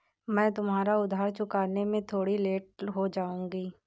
मैं तुम्हारा उधार चुकाने में थोड़ी लेट हो जाऊँगी